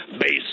base